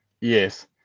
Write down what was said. Yes